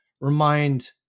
remind